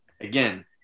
again